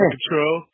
control